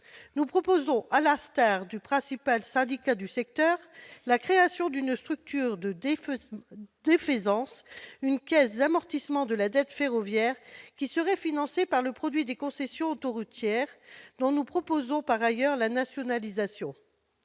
Nous proposons donc, à l'instar du principal syndicat du secteur, la création d'une structure de défaisance, caisse d'amortissement de la dette ferroviaire qui serait financée par le produit des concessions autoroutières, dont nous préconisons par ailleurs la nationalisation.